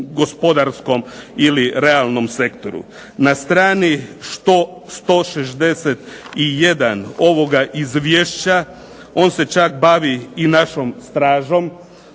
gospodarskom ili realnom sektoru. Na strani 161. ovoga izvješća, on se čak bavi i našom stražom,